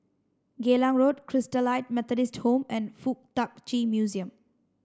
Geylang Road Christalite Methodist Home and Fuk Tak Chi Museum